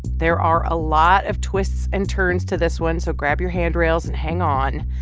there are a lot of twists and turns to this one, so grab your handrails and hang on.